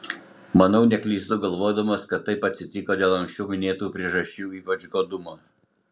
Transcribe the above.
manau neklystu galvodamas kad taip atsitiko dėl anksčiau minėtų priežasčių ypač godumo